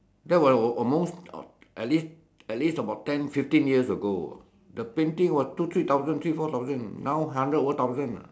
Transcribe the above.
that was at most at least at least about ten fifteen years ago the painting was two three thousand three four thousand now hundred over thousand ah